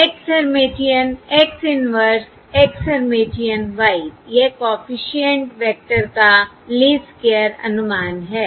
X Hermitian X inverse X Hermitian Y यह coefficient vector का least square अनुमान है